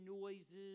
noises